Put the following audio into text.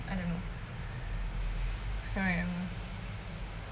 I don't know